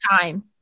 time